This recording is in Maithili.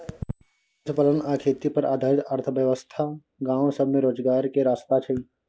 पशुपालन आ खेती पर आधारित अर्थव्यवस्था गाँव सब में रोजगार के रास्ता छइ